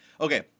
Okay